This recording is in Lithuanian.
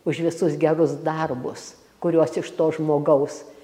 už visus gerus darbus kuriuos iš to žmogaus